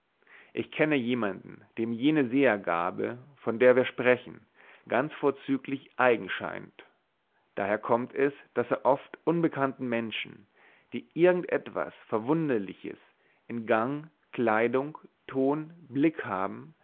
ich kenne jemanden dem jene sehergabe von der wir sprechen ganz vorzüglich eigen scheint daher kommt es daß er oft unbekannten menschen die irgend etwas verwunderliches in gang kleidung ton blick haben